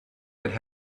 could